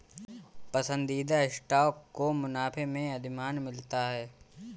पसंदीदा स्टॉक को मुनाफे में अधिमान मिलता है